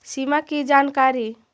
सिमा कि जानकारी?